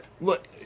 Look